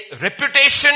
reputation